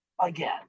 again